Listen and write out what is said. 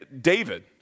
David